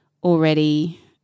already